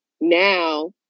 now